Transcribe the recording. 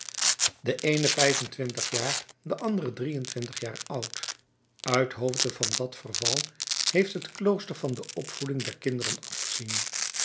de eene vijfentwintig jaar de andere drieëntwintig jaar oud uithoofde van dat verval heeft het klooster van de opvoeding der kinderen afgezien